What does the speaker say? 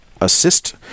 assist